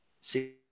see